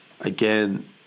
Again